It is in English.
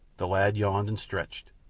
the lad yawned and stretched.